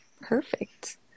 Perfect